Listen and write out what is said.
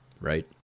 right